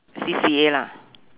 C_C_A lah